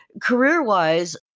career-wise